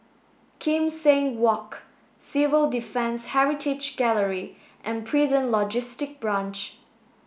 Kim Seng Walk Civil Defence Heritage Gallery and Prison Logistic Branch